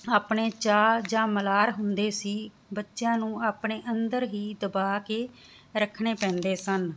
ਆਪਣੇ ਚਾਹ ਜਾਂ ਮਲਾਰ ਹੁੰਦੇ ਸੀ ਬੱਚਿਆਂ ਨੂੰ ਆਪਣੇ ਅੰਦਰ ਹੀ ਦਬਾ ਕੇ ਰੱਖਣੇ ਪੈਂਦੇ ਸਨ